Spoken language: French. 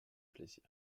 plaisir